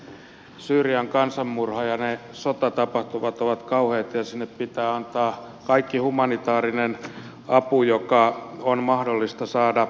syyrian kansanmurha ja ne sotatapahtumat ovat kauheita ja sinne pitää antaa kaikki humanitaarinen apu joka on mahdollista saada perille